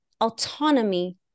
autonomy